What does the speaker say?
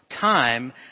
time